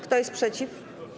Kto jest przeciw?